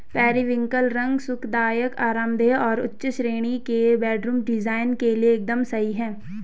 periwinkle रंग सुखदायक, आरामदेह और उच्च श्रेणी के बेडरूम डिजाइन के लिए एकदम सही है